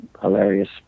hilarious